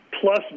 Plus